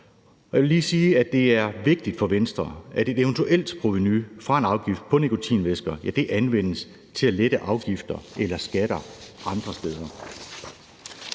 Jeg vil lige sige, at det er vigtigt for Venstre, at et eventuelt provenu fra en afgift på nikotinvæsker anvendes til at lette afgifter eller skatter andre steder.